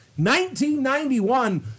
1991